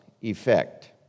effect